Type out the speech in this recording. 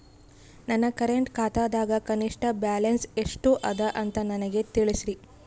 ನನ್ನ ಕರೆಂಟ್ ಖಾತಾದಾಗ ಕನಿಷ್ಠ ಬ್ಯಾಲೆನ್ಸ್ ಎಷ್ಟು ಅದ ಅಂತ ನನಗ ತಿಳಸ್ರಿ